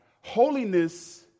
Holiness